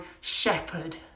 shepherd